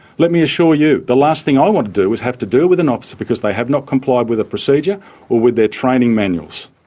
let me assure you, the last thing i want to do is have to deal with an officer because they have not complied with a procedure or with their training manuals.